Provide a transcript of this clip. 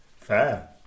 Fair